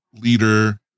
leader